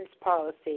policy